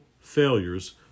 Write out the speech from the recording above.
failures